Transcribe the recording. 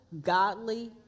godly